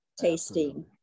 tasting